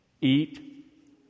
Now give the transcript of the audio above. Eat